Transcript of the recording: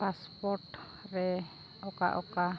passport ᱨᱮ ᱚᱠᱟ ᱚᱠᱟ